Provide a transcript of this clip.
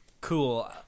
Cool